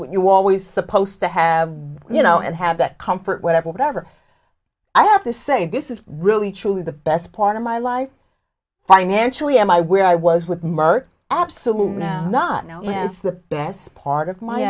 what you always supposed to have you know and have that comfort whatever whatever i have to say this is really truly the best part of my life financially am i where i was with mark absolutely not no it's the best part of m